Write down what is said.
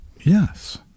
Yes